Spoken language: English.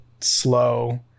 slow